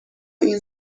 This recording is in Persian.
این